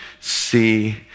see